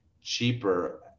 cheaper